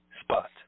spot